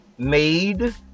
made